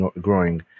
growing